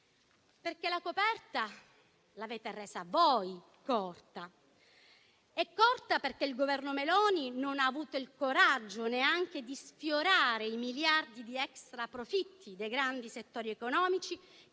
Perché la coperta l'avete resa voi corta. È corta perché il Governo Meloni non ha avuto il coraggio neanche di sfiorare i miliardi di extra profitti dei grandi settori economici,